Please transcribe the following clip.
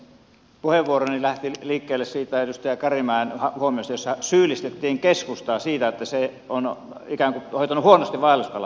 puheenvuoroni lähti liikkeelle siitä edustaja karimäen huomiosta jossa syyllistettiin keskustaa siitä että se on ikään kuin hoitanut huonosti vaelluskala asioita